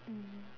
mm